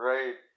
Right